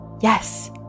Yes